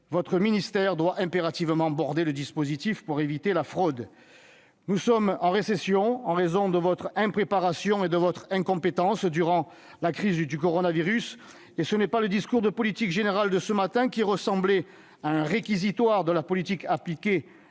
Votre ministère doit impérativement border le dispositif pour éviter la fraude, monsieur le ministre. Nous sommes en récession en raison de votre impréparation et de votre incompétence durant la crise du coronavirus. Ce ne sont pas le discours de politique générale de ce matin, qui ressemblait à un réquisitoire contre la politique appliquée-